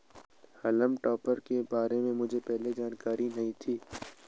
हॉल्म टॉपर के बारे में मुझे पहले जानकारी नहीं थी